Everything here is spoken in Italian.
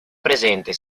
presente